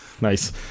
nice